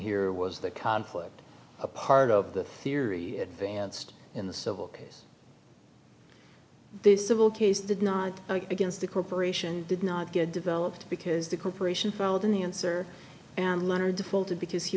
here was the conflict a part of the theory advanced in the civil case the civil case did not against the corporation did not get developed because the corporation filed in the answer and letter defaulted because he